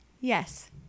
Yes